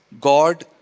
God